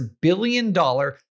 billion-dollar